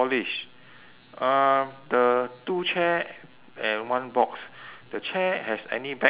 um the two chair and one box the chair has any backrest